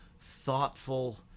thoughtful